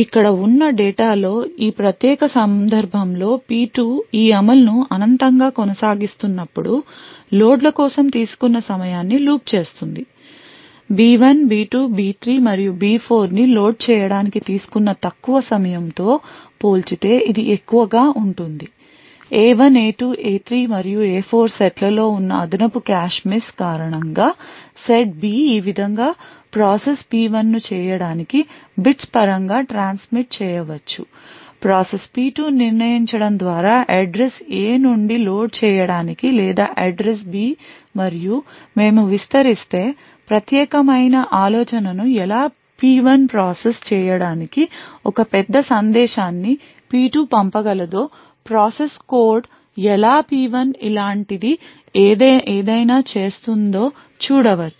ఇక్కడ ఉన్న డేటా లో ఈ ప్రత్యేక సందర్భంలో P2 ఈ అమలును అనంతంగా కొనసాగిస్తున్నప్పుడు లోడ్ల కోసం తీసుకున్న సమయాన్ని లూప్ చేస్తుంది B1 B2 B3 మరియు B4 ని లోడ్ చేయడానికి తీసుకున్న తక్కువ సమయంతో పోల్చితే ఇది ఎక్కువగా ఉంటుంది A1 A2 A3 మరియు A4 సెట్లో ఉన్న అదనపు కాష్ మిస్ కారణంగా సెట్ B ఈ విధంగా ప్రాసెస్ P1 ను చేయడానికి bits పరంగా ట్రాన్స్మిట్ చేయవచ్చు ప్రాసెస్ P2 నిర్ణయించడం ద్వారా అడ్రస్ A నుండి లోడ్ చేయడానికి లేదా అడ్రస్ B మరియు మేము విస్తరిస్తే ప్రత్యేకమైన ఆలోచనను ఎలా P1 ప్రాసెస్ చేయడానికి ఒక పెద్ద సందేశాన్ని P2 పంపగలదో ప్రాసెస్ కోసం కోడ్ ఎలా P1 ఇలాంటిది ఏదైనా చేస్తుందో చూడవచ్చు